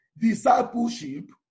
discipleship